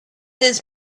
his